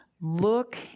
look